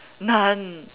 none